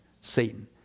Satan